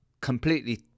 completely